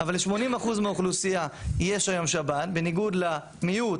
אבל ל-80% מהאוכלוסייה יש היום שב"ן בניגוד למיעוט,